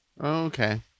Okay